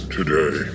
today